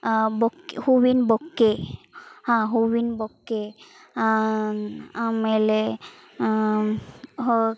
bouquet ಹೂವಿನ bouquet ಹಾಂ ಹೂವಿನ ಬೊಕ್ಕೆ ಆಮೇಲೆ ಹೋಗಿ